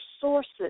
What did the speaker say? sources